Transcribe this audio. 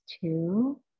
two